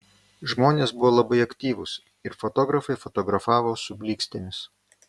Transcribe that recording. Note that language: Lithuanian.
žmonės buvo labai aktyvūs ir fotografai fotografavo su blykstėmis